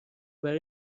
وری